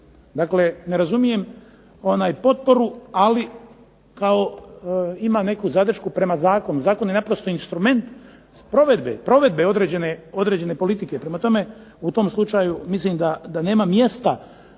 Dakle, ne razumijem potporu ali kao ima neku zadršku prema zakonu, zakon je naprosto instrument provedbe određene politike. Prema tome, u tom slučaju mislim da nema mjesta